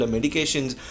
Medications